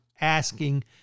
asking